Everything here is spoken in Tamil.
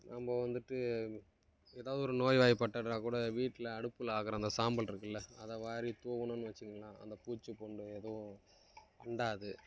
நம்ம வந்துட்டு எதாவுது ஒரு நோய்வாய்பட்டால்ல கூட வீட்டில் அடுப்பில் ஆகிற அந்த சாம்பல் இருக்குதுல்ல அதை வாரி தூவுணோன்னு வச்சிங்களேன் அந்த பூச்சி பூண்டு எதுவும் அண்டாது